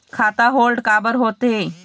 खाता होल्ड काबर होथे?